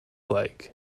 like